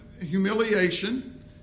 humiliation